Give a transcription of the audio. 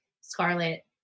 Scarlet